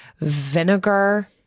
vinegar